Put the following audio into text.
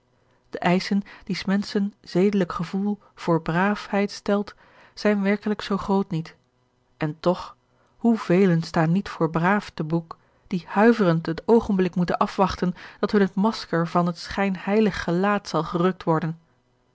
de eischen die s menschen zedelijk gevoel voor braaf held stelt zijn werkelijk zoo groot niet en toch hoe velen staan niet voor braaf te boek die huiverend het oogenblik moeten afwachten dat hun het masker van het schijnhcilig gelaat zal gerukt worden